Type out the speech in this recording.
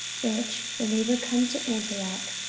which, when they were come to antioch,